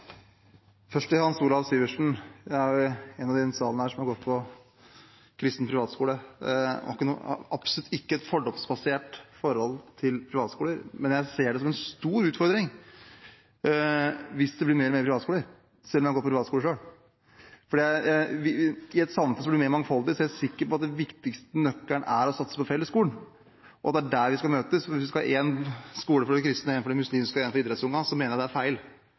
absolutt ikke et fordomsbasert forhold til privatskoler. Men jeg ser det som en stor utfordring hvis det blir mer og mer privatskoler, selv om jeg har gått på privatskole selv. I et samfunn som blir mer mangfoldig, er jeg sikker på at den viktigste nøkkelen er å satse på fellesskolen, og på at det er der vi skal møtes. For hvis vi skal ha én skole for de kristne, én for muslimene og én for idrettsungene, mener jeg det er feil.